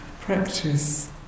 practice